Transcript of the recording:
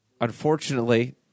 unfortunately